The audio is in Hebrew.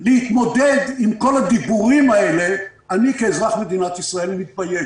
להתמודד עם כל הדיבורים האלה אני כאזרח מדינת ישראל מתבייש,